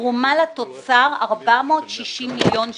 תרומה לתוצר 460 מיליון שקל,